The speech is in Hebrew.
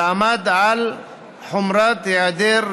ועמד על חומרת היעדר רישום,